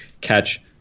catch